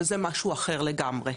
וזה משהו אחר לגמרי.